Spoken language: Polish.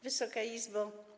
Wysoka Izbo!